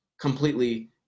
completely